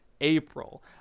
April